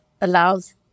allows